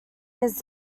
his